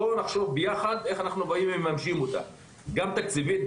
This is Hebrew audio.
לחשוב יחד איך מממשים אותה גם תקציבית,